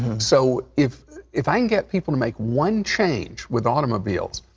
so, if if i can get people to make one change with automobiles,